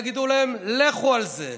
תגידו להם: לכו על זה,